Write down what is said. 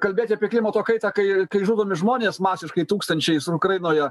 kalbėti apie klimato kaitą kai žudomi žmonės masiškai tūkstančiais ukrainoje